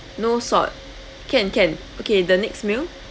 no salt can can okay the next meal